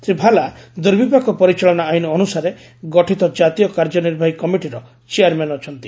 ଶ୍ରୀ ଭାଲା ଦୁର୍ବିପାକ ପରିଚାଳନା ଆଇନ ଅନୁସାରେ ଗଠିତ ଜାତୀୟ କାର୍ଯ୍ୟନିର୍ବାହୀ କମିଟିର ଚେୟାର୍ମ୍ୟାନ୍ ଅଛନ୍ତି